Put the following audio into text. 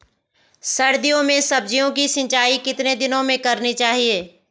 सर्दियों में सब्जियों की सिंचाई कितने दिनों में करनी चाहिए?